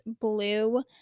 blue